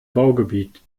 baugebiet